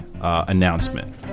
announcement